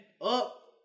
up